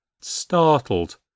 startled